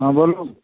हँ बोलू